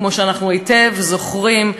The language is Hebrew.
כמו שאנחנו זוכרים היטב,